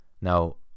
Now